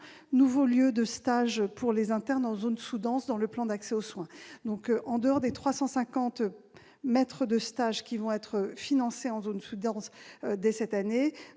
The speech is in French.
nouveaux lieux de stage pour les internes en zone sous-dense dans le plan d'accès aux soins, ... Très bien !... en plus des 350 postes de maître de stage qui vont être financés en zone sous-dense dès cette année.